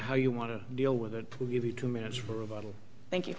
how you want to deal with it will give you two minutes for a bottle thank you